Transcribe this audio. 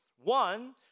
One